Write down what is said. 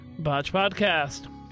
BotchPodcast